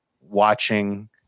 watching